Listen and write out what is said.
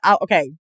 okay